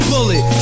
Bullet